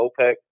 OPEC